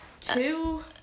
Two